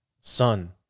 son